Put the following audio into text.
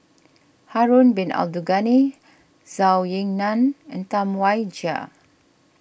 Harun Bin Abdul Ghani Zhou Ying Nan and Tam Wai Jia